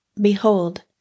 Behold